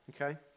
okay